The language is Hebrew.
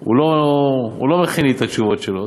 הוא לא מכין לי את התשובות שלו.